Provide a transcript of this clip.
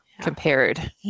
compared